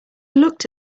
looked